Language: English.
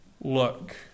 look